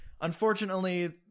unfortunately